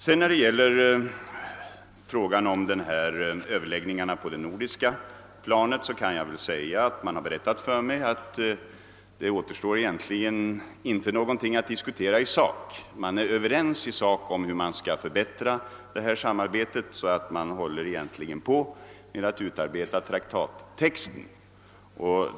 Vad beträffar överläggningarna på det nordiska planet kan jag säga att det egentligen inte återstår någonting att diskutera i sak. Man är överens om hur man skall förbättra samarbetet, och man håller på med att utarbeta traktattexten.